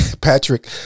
Patrick